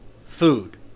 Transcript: food